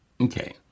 Okay